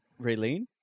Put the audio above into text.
Raylene